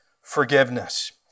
forgiveness